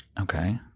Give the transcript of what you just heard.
Okay